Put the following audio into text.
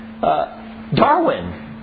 Darwin